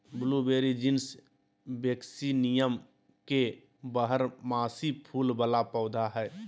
blueberry genus Vaccinium के बारहमासी फूल वला पौधा हइ